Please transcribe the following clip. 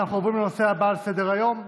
אנחנו עוברים לנושא הבא על סדר-היום,